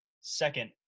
Second